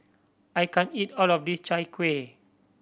I can't eat all of this Chai Kuih